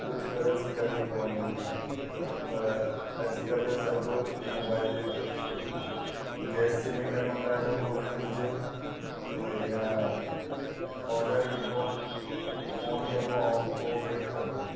पुछ परछ करणी पवंदी हुई पर अॼुकल्ह सभु मोबाइल ते थो थिए गैस सिलेंडर मंगाइणो हुजे त पहिरियां ऑडर ॾिबो फ़ोन कबो ऐं पोइ वेट कबो